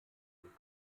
blick